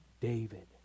David